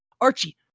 Archie